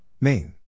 main